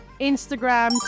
Instagram